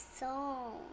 song